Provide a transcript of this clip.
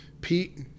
Pete